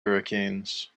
hurricanes